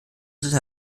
dritte